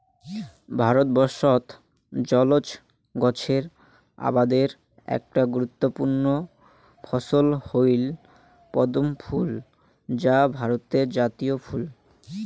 ভারতবর্ষত জলজ গছের আবাদের একটা গুরুত্বপূর্ণ ফছল হইল পদ্মফুল যা ভারতের জাতীয় ফুল